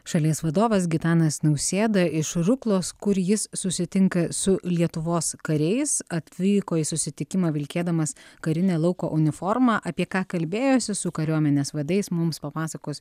šalies vadovas gitanas nausėda iš ruklos kur jis susitinka su lietuvos kariais atvyko į susitikimą vilkėdamas karinę lauko uniformą apie ką kalbėjosi su kariuomenės vadais mums papasakos